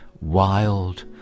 wild